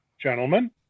gentlemen